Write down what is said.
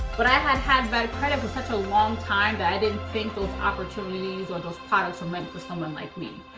but i had had bad credit for such a long time, that i didn't think those opportunities or those products were and meant for someone like me.